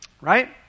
right